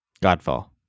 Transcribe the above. Godfall